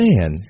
Man